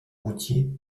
routier